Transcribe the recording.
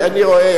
אני רואה,